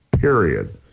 period